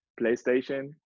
PlayStation